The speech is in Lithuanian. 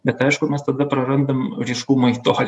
bet aišku mes tada prarandam ryškumą į tolį